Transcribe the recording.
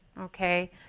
Okay